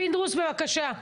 פינדרוס, בבקשה.